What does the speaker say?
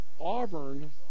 Auburn